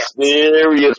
serious